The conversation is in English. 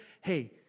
Hey